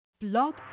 Blog